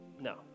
No